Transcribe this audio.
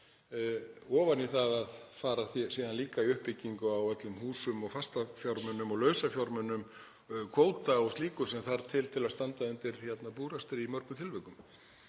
ofan í það að fara síðan líka í uppbyggingu á öllum húsum og fastafjármunum og lausafjármunum, kvóta og slíku sem þarf til til að standa undir búrekstri í mörgum tilvikum.